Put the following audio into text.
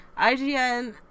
IGN